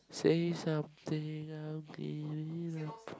say something I'm giving up on